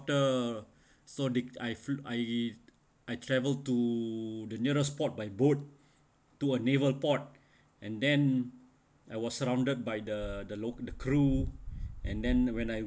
so the I flew~ I I travel to the nearest port by boat to a naval port and then I was surrounded by the the loc~ the crew and then when I